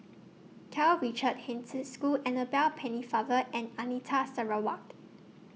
Karl Richard Hanitsch Annabel Pennefather and Anita Sarawak